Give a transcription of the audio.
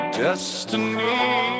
destiny